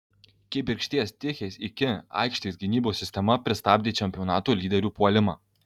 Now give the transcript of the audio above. kibirkšties tichės iki aikštės gynybos sistema pristabdė čempionato lyderių puolimą